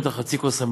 יישר כוח.